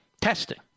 Testing